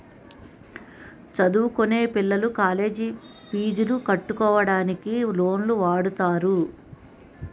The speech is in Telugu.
చదువుకొనే పిల్లలు కాలేజ్ పీజులు కట్టుకోవడానికి లోన్లు వాడుతారు